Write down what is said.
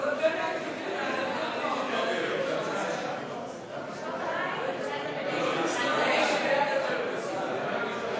חוק הסרת פרסום הסתה שהתפרסם ברשת החברתית המקוונת,